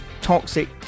toxic